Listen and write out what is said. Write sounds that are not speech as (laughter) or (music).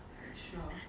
(laughs)